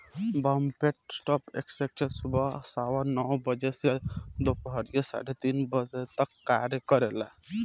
Bombay stock exchange सुबह सवा नौ बजे से दूपहरिया साढ़े तीन तक कार्य करेला